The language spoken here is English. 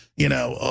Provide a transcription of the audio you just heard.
you know,